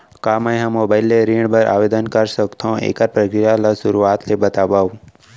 का मैं ह मोबाइल ले ऋण बर आवेदन कर सकथो, एखर प्रक्रिया ला शुरुआत ले बतावव?